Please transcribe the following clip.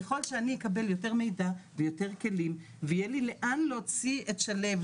ככל שאני אקבל יותר מידע ויותר כלים ויהיה לי לאין להוציא את שליו,